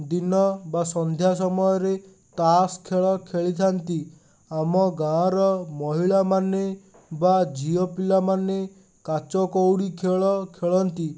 ଦିନ ବା ସନ୍ଧ୍ୟା ସମୟରେ ତାସ୍ ଖେଳ ଖେଳିଥାନ୍ତି ଆମ ଗାଁ'ର ମହିଳାମାନେ ବା ଝିଅପିଲା ମାନେ କାଚ କଉଡ଼ି ଖେଳ ଖେଳନ୍ତି